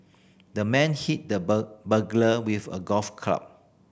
the man hit the burglar with a golf club